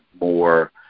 more